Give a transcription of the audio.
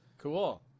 Cool